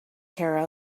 care